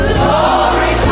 Glory